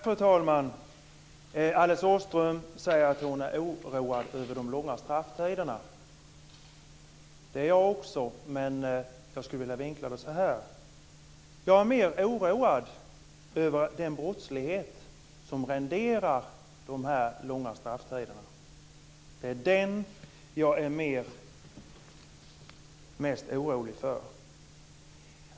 Fru talman! Alice Åström säger att hon är oroad över de långa strafftiderna. Det är jag också men jag skulle vilja vinkla det så här. Jag är mest oroad över den brottslighet som renderar de långa strafftiderna. Det är den jag är mest orolig för.